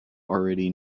already